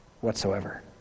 whatsoever